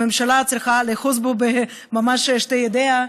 הממשלה צריכה לאחוז בו ממש בשתי ידיה,